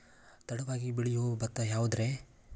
ತಡವಾಗಿ ಬೆಳಿಯೊ ಭತ್ತ ಯಾವುದ್ರೇ?